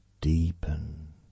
deepen